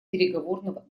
переговорного